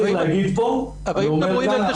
אסור לי להגיד כאן אבל אני אומר.